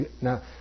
Now